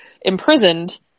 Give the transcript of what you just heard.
imprisoned